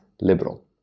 liberal